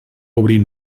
obrir